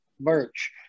merch